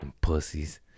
Pussies